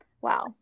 wow